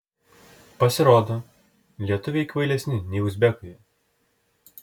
pasirodo lietuviai kvailesni nei uzbekai